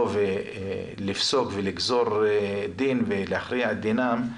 ולפסוק ולגזור דין ולהכריע את דינם,